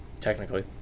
Technically